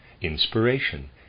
Inspiration